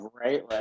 right